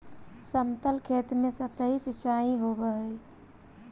समतल खेत में सतही सिंचाई होवऽ हइ